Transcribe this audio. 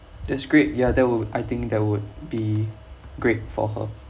that's great ya that would I think that would be great for her